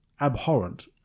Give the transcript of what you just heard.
abhorrent